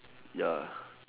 ya